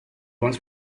wants